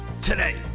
today